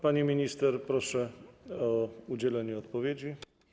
Pani minister, proszę o udzielenie odpowiedzi.